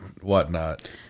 whatnot